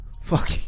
Fuck